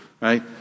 right